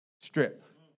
strip